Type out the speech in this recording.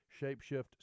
Shapeshift